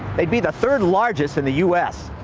they'd be the third largest in the us,